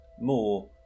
more